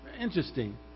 Interesting